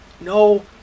No